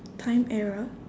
time era